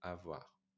avoir